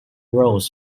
rows